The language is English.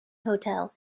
hotel